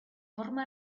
forma